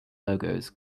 logos